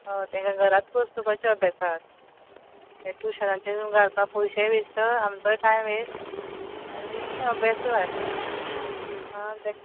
तेंकां घरात बसोवपाचें अभ्यासाक हें टुशनाचें घालपाक पयशेय वेस्ट आमचोय टायम वेस्ट आनी अभ्यासू वाट हय तेंच